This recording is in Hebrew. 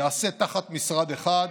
ייעשה תחת משרד אחד,